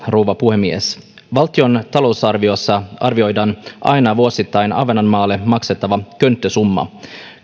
rouva puhemies valtion talousarviossa arvioidaan aina vuosittain ahvenanmaalle maksettava könttäsumma